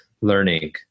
learning